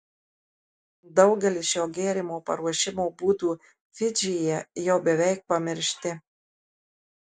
daugelis šio gėrimo paruošimo būdų fidžyje jau beveik pamiršti